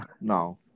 No